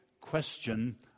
question